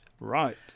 Right